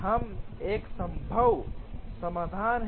हम एक संभव समाधान है